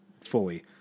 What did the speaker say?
fully